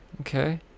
Okay